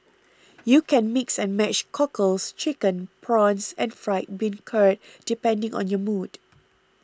you can mix and match cockles chicken prawns and fried bean curd depending on your mood